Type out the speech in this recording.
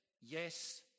yes